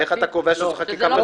איך אתה קובע שזו חקיקה פרסונלית?